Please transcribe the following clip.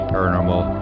Paranormal